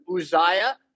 Uzziah